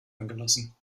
angelassen